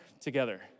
together